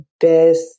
best